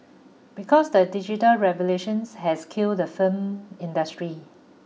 because the digital revelations has killed the firm industry